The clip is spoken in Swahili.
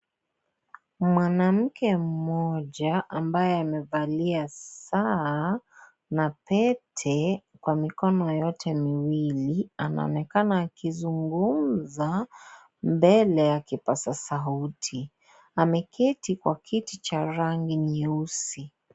Mwanamke mmoja, ambaye amevalia saa na pete kwa mikono yote miwili. Anaonekana akizungumza, mbela ya kipaza sauti. Ameketi kwa kiti cha rangi nyeusi.